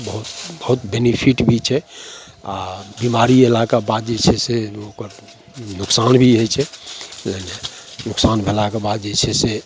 बहुत बहुत बेनिफीट भी छै आओर बीमारी एलाके बाद जे छै से ओकर नुकसान भी होइ छै ने नोकसान भेलाके बाद जे छै से